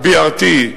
ה-BRT,